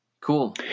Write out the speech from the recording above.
Cool